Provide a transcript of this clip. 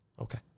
okay